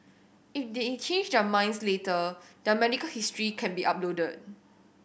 if they change their minds later their medical history can be uploaded